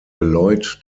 geläut